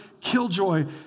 killjoy